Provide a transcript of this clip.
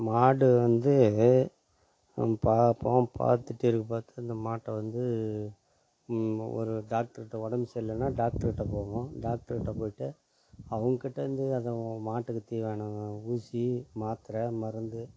மாடு வந்து நம்ம பார்ப்போம் பார்த்துட்டு இருக்கற பார்த்து அந்த மாட்டை வந்து ஒரு டாக்டர்கிட்ட உடம்பு சரியில்லன்னா டாக்டர்கிட்ட போவோம் டாக்டர்கிட்ட போயிட்டு அவங்க கிட்டேருந்து அதை மாட்டுக்கு தீவனம் ஊசி மாத்திர மருந்து